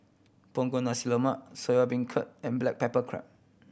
Punggol Nasi Lemak Soya Beancurd and black pepper crab